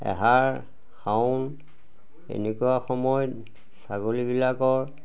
আহাৰ শাওন এনেকুৱা সময়ত ছাগলীবিলাকৰ